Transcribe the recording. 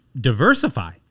diversify